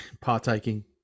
partaking